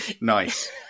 Nice